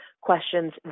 questions